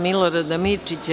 Milorada Mirčića.